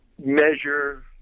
measure